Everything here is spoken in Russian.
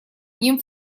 ним